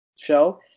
show